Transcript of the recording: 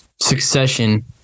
Succession